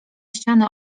ściany